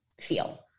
feel